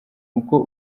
uko